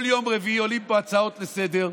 כל יום רביעי עולות פה הצעות לסדר-היום